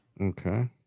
Okay